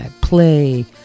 play